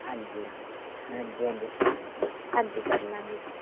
ਹਾਂਜੀ ਹਾਂਜੀ ਹਾਂਜੀ ਜਰੂਰ ਜੀ ਹਾਂਜੀ ਕਰਲਾਂਗੇ ਜੀ